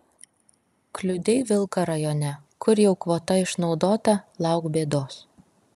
kliudei vilką rajone kur jau kvota išnaudota lauk bėdos